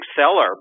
seller